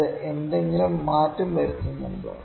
ഇത് എന്തെങ്കിലും മാറ്റം വരുത്തുന്നുണ്ടോ